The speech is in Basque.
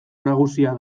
nagusia